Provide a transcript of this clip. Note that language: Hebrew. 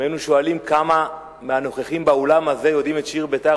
אם היינו שואלים כמה מהנוכחים באולם הזה יודעים את "שיר בית"ר",